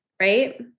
right